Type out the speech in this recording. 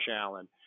Allen